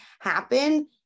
happen